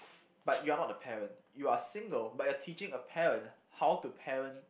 but you are not the parent you are single but you are teaching a parent how to parent